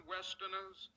Westerners